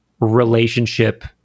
relationship